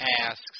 asks